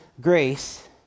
grace